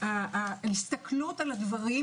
ההסתכלות על הדברים,